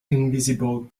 invisible